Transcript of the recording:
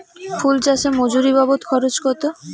ফুল চাষে মজুরি বাবদ খরচ কত?